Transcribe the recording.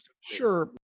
Sure